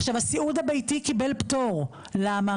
עכשיו הסיעוד הביתי קיבל פטור, למה?